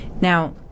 Now